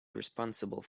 responsible